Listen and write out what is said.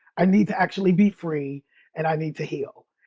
i need to actually be free and i need to heal.